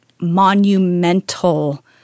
monumental